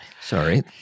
Sorry